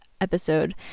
episode